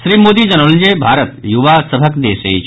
श्री मोदी जनौलनि जे भारत युवा सभक देश अछि